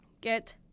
get